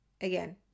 Again